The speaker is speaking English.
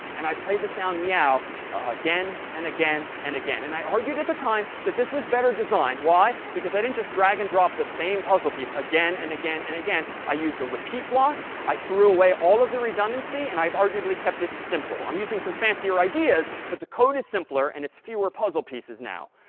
and i played the sound meow again and again and again. and i argued at the time that this was better designed. why? because i didn't just drag and drop the same puzzle piece again and again and again. i used a repeat block, i threw away all of the redundancy, and i've arguably kept it simple. i'm using some fancier ideas, but the code is simpler and it's fewer puzzle pieces now.